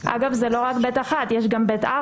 אגב, זה לא רק ב/1 אלא יש גם ב/4,